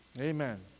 Amen